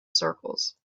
circles